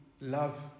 love